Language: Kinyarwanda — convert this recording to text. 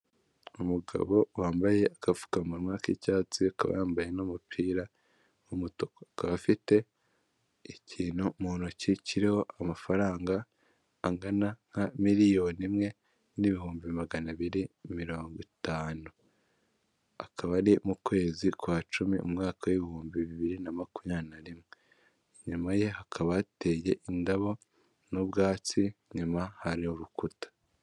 Umugabo wambaye agapfukamunwa k'icyatsi akaba yambaye n'umupira w'umutuku, akaba afite ikintu mu ntoki kiriho amafaranga angana nka miriyoni imwe n'ibihumbi magana abiri mirongo itanu, akaba ari mu kwezi kwa cumi umwaka w'ibihumbi bibiri na makumyabiri na rimwe. Inyuma ye hakaba hateye indabo n'ubwatsi inyuma hari urukuta.